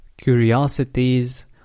curiosities